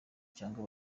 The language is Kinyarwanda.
cyangwa